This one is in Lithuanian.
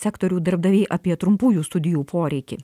sektorių darbdaviai apie trumpųjų studijų poreikį